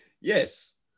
yes